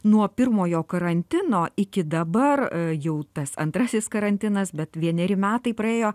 nuo pirmojo karantino iki dabar jau tas antrasis karantinas bet vieneri metai praėjo